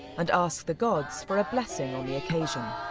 and ask the gods for a blessing on the occasion.